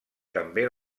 també